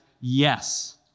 yes